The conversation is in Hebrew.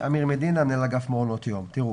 תראו,